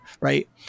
Right